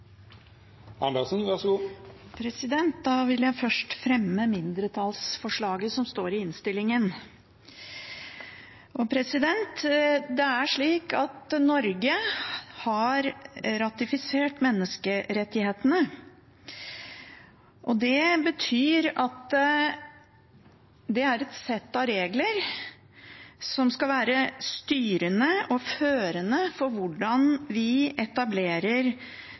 vil først fremme mindretallsforslaget som står i innstillingen. Det er slik at Norge har ratifisert menneskerettighetene. Det betyr at det er et sett av regler som skal være styrende og førende for hvordan vi etablerer